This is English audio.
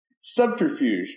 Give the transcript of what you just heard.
Subterfuge